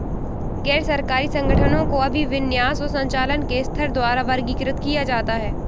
गैर सरकारी संगठनों को अभिविन्यास और संचालन के स्तर द्वारा वर्गीकृत किया जाता है